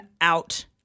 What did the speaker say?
out